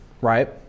right